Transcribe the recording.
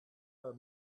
are